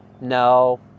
No